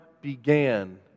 began